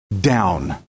down